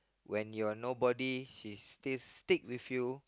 when you are nobody she's still stick with you